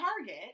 Target